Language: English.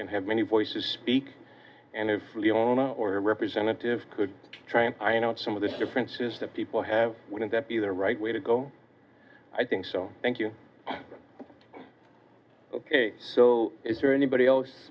and have many voices speak and if lianna or representative could try and i know some of the difference is that people have wouldn't that be the right way to go i think so thank you so is there anybody else